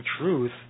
truth